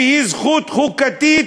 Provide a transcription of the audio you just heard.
שהיא זכות חוקתית?